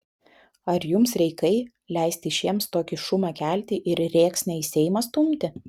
ar jums reikai leisti šiems tokį šumą kelti ir rėksnę į seimą stumti